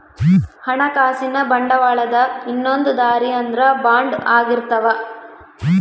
ಹಣಕಾಸಿನ ಬಂಡವಾಳದ ಇನ್ನೊಂದ್ ದಾರಿ ಅಂದ್ರ ಬಾಂಡ್ ಆಗಿರ್ತವ